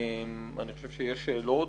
אני חושב שיש שאלות